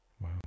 Wow